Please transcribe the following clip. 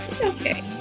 Okay